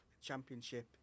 Championship